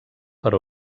per